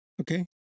Okay